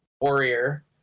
Warrior